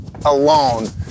alone